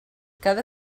cada